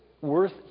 worth